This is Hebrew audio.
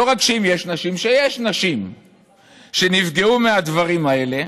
שזה לא רק "אם יש נשים" שיש נשים שנפגעו מהדברים האלה,